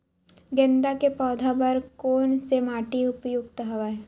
गेंदा के पौधा बर कोन से माटी उपयुक्त हवय?